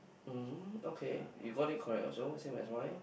um okay you got it correct also same as mine